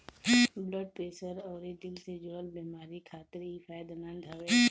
blood pressure अउरी दिल से जुड़ल बेमारी खातिर इ फायदेमंद हवे